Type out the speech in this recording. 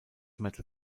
metal